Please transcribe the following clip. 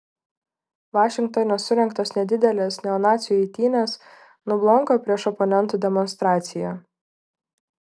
vašingtone surengtos nedidelės neonacių eitynės nublanko prieš oponentų demonstraciją